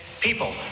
people